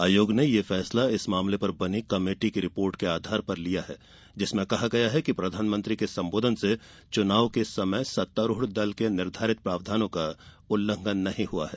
आयोग ने यह फैसला इस मामले पर बनी कमेटी की रिपोर्ट के आधार पर लिया जिसमें कहा गया है कि प्रधानमंत्री के संबोधन से चुनाव के समय सत्तारुढ़ दल के लिए निर्धारित प्रावधानों का उल्लंघन नहीं हुआ है